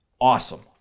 awesome